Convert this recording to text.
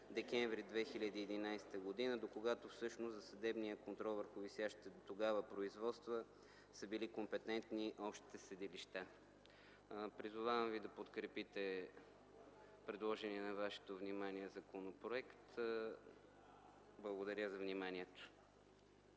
декември 2011 г., докогато всъщност за съдебния контрол върху висящите дотогава производства са били компетентни общите съдилища. Призовавам Ви да подкрепите предложения на Вашето внимание законопроект. Благодаря за вниманието.